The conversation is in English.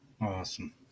Awesome